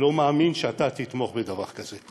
אני לא מאמין שאתה תתמוך בדבר כזה.